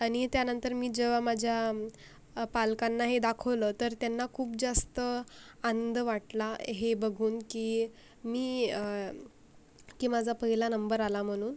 आणि त्यांनतर मी जेव्हा माझ्या पालकांना हे दाखवलं तर त्यांना खूप जास्त आनंद वाटला हे बघून की मी की माझा पहिला नंबर आला म्हणून